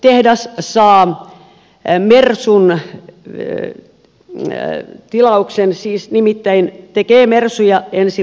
autotehdas saa mersun tilauksen nimittäin tekee mersuja ensi vuonna